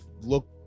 look